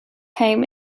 came